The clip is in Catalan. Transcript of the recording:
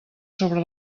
sobre